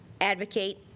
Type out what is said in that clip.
advocate